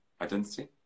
identity